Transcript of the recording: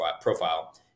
profile